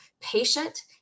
patient